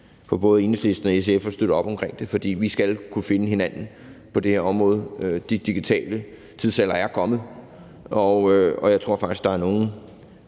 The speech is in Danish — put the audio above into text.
for både Enhedslisten og SF at bakke op om det, for vi skal kunne finde hinanden på det her område. Den digitale tidsalder er kommet, og jeg tror faktisk, der er nogle,